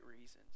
reasons